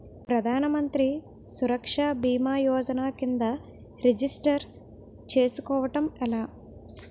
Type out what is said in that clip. ప్రధాన మంత్రి సురక్ష భీమా యోజన కిందా రిజిస్టర్ చేసుకోవటం ఎలా?